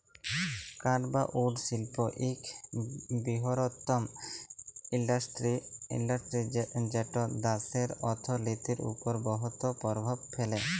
কাঠ বা উড শিল্প ইক বিরহত্তম ইল্ডাসটিরি যেট দ্যাশের অথ্থলিতির উপর বহুত পরভাব ফেলে